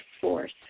force